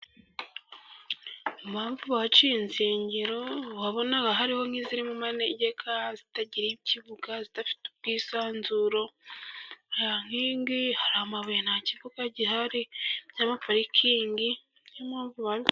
Impamvu baciye insengero, wabonaga hariho nk'izirimu manegeka, zitagira ikibuga, zidafite ubwisanzure, nta nkingi, hari amabuye, nta kibuga gihari, byaba parikingi niyo mpamvu.....